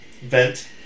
Vent